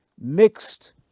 mixed